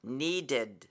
needed